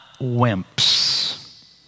wimps